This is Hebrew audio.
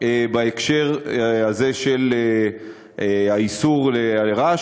בהקשר הזה של איסור גרימת רעש,